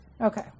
Okay